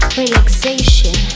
relaxation